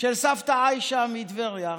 של סבתא עיישה מטבריה.